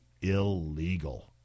illegal